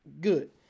Good